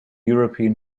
european